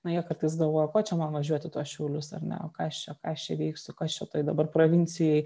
na jie kartais galvoja ko čia man važiuot į tuos šiaulius ar ne o ką aš čia ką aš čia veiksiu kas čia toj dabar provincijoj